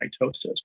mitosis